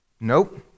Nope